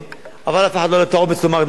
אבל אף אחד לא היה לו האומץ לומר את מה שאני אמרתי.